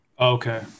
Okay